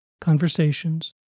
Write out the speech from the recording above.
conversations